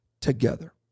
together